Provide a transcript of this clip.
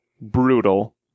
brutal